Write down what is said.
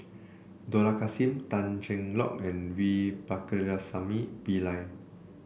Dollah Kassim Tan Cheng Lock and V Pakirisamy Pillai